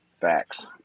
Facts